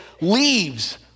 leaves